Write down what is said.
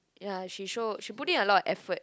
ya she show she put in a lot of effort